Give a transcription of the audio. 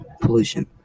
pollution